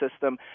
system